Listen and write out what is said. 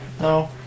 No